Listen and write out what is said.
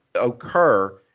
occur